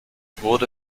wurde